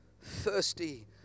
thirsty